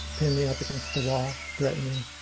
pinned me up against the wall, threatened me,